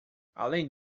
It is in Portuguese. além